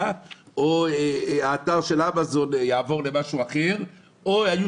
או אם האתר של אמזון יעבור למשהו אחר או אם יהיו